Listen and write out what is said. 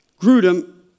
Grudem